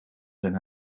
zijn